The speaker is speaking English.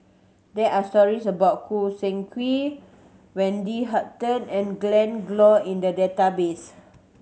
there are stories about Choo Seng Quee Wendy Hutton and Glen Goei in the database